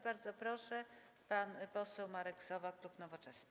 Bardzo proszę, pan poseł Marek Sowa, klub Nowoczesna.